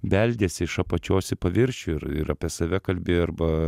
beldėsi iš apačios į paviršių ir ir apie save kalbi arba